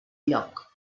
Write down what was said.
lloc